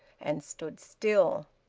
and stood still.